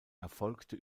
erfolgte